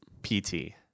PT